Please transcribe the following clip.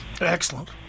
Excellent